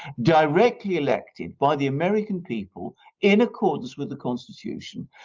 directly elected by the american people in accordance with the constitution,